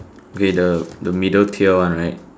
okay the the middle tier one right